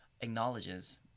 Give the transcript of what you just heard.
acknowledges